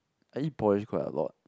I eat porridge quite a lot